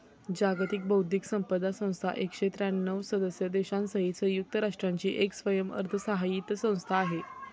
जागतिक बौद्धिक संपदा संस्था एकशे त्र्यांणव सदस्य देशांसहित संयुक्त राष्ट्रांची एक स्वयंअर्थसहाय्यित संस्था आहे